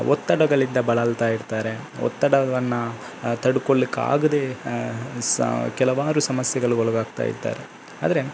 ಒತ್ತಡಗಳಿಂದ ಬಳಲ್ತಾಯಿರ್ತಾರೆ ಒತ್ತಡವನ್ನು ತಡಕೊಳ್ಲಿಕ್ಕಾಗದೇ ಸಹ ಕೆಲವಾರು ಸಮಸ್ಯೆಗಳಿಗೆ ಒಳಗಾಗ್ತಾಯಿದ್ದಾರೆ ಆದರೆ